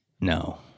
No